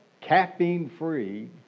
caffeine-free